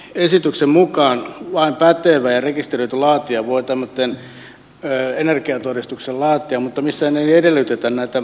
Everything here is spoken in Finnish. lakiesityksen mukaan vain pätevä ja rekisteröity laatija voi tämmöisen energiatodistuksen laatia mutta missään ei tarkenneta näitä pätevyysvaatimuksia